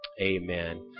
Amen